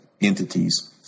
entities